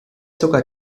sogar